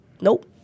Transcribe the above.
Nope